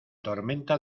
tormenta